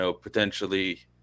potentially